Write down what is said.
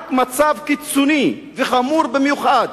רק מצב קיצוני וחמור במיוחד,